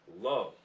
Love